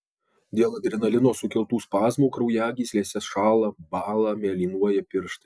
dėl adrenalino sukeltų spazmų kraujagyslėse šąla bąla mėlynuoja pirštai